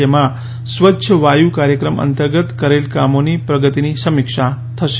જેમાં સ્વચ્છ વાયુ કાર્યક્રમ અંતર્ગત કરેલ કામોની પ્રગતિની સમીક્ષા થશે